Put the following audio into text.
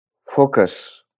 focus